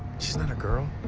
she's not a girl.